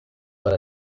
para